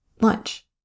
Lunch